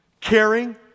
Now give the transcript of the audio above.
caring